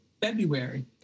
February